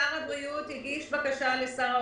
שר הבריאות הגיש בקשה לשר האוצר,